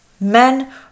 Men